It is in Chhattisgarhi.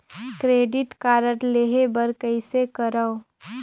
क्रेडिट कारड लेहे बर कइसे करव?